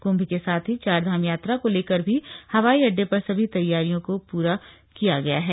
कृंभ के साथ ही चारधाम यात्रा को लेकर भी हवाई अड्डे पर सभी तैयारियों को प्रा कर लिया गया है